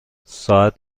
ساعت